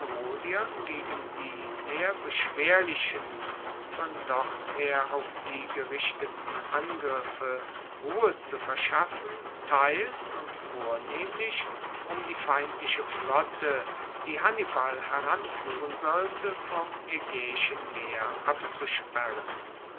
gegen die sehr beschwerlichen von dorther auf sie gerichteten angriffe ruhe zu verschaffen teils und vornehmlich um die feindliche flotte die hannibal heranfuehren sollte vom aegaeischen meer abzusperren